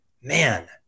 Man